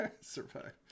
survive